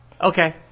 Okay